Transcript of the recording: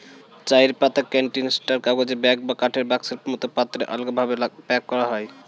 চায়ের পাতা ক্যানিস্টার, কাগজের ব্যাগ বা কাঠের বাক্সের মতো পাত্রে আলগাভাবে প্যাক করা হয়